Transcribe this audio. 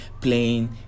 playing